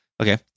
Okay